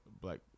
black